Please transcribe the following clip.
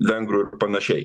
vengrų ir panašiai